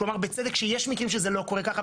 שהוא אמר בצדק שיש מקרים שזה לא קורה ככה,